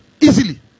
easily